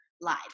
live